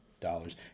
dollars